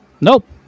Nope